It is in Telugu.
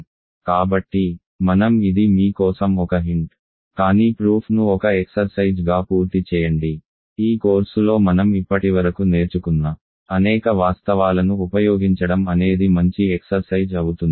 కాబట్టి మనం ఇది మీ కోసం ఒక హింట్ కానీ ప్రూఫ్ను ఒక ఎక్సర్సైజ్ గా పూర్తి చేయండి ఈ కోర్సులో మనం ఇప్పటివరకు నేర్చుకున్న అనేక వాస్తవాలను ఉపయోగించడం అనేది మంచి ఎక్సర్సైజ్ అవుతుంది